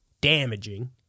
damaging